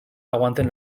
aguanten